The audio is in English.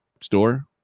store